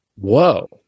whoa